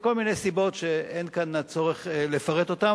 מכל מיני סיבות שאין כאן הצורך לפרט אותן,